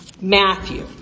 Matthew